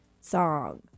song